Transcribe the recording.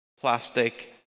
plastic